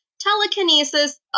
telekinesis